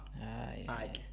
Hi